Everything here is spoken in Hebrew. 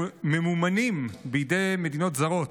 הממומנים על ידי מדינות זרות,